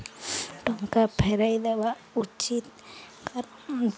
ଟଙ୍କା ଫେରାଇ ଦବା ଉଚିତ୍ କାରଣ